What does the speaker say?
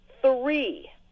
three